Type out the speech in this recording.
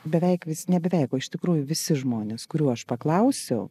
beveik visi ne beveik o iš tikrųjų visi žmonės kurių aš paklausiau